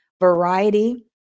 variety